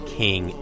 king